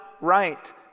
right